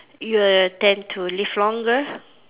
you will tend to live longer